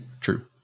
True